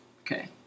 Okay